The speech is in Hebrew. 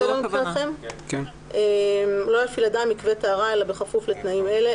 הפעלת מקווה 3ה. לא יפעיל אדם מקווה אלא בכפוף לתנאים אלה: